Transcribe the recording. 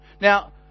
Now